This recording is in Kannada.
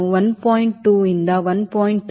2 ರಿಂದ 1